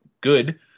good